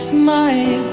my